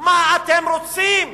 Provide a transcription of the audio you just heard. מה אתם רוצים?